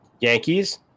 Yankees